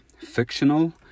fictional